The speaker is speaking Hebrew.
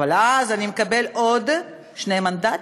אבל אז אני אקבל עוד שני מנדטים.